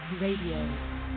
Radio